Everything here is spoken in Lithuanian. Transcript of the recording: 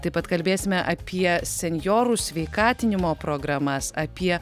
taip pat kalbėsime apie senjorų sveikatinimo programas apie